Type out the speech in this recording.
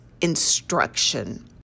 instruction